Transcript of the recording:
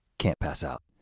can't pass out,